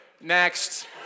next